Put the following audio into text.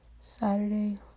Saturday